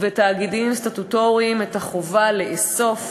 ותאגידים סטטוטוריים את החובה לאסוף,